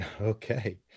Okay